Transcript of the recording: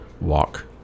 walk